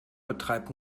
betreibt